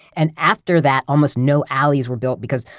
and after that, almost no alleys were built because,